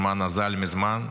הזמן אזל מזמן.